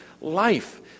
life